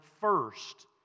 first